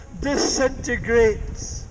disintegrates